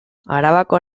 arabako